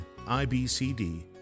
IBCD